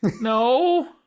No